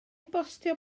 bostio